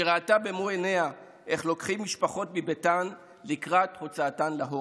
שראתה במו עיניה איך לוקחים משפחות מביתן לקראת הוצאתן להורג.